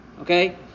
Okay